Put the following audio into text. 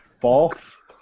False